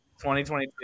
2022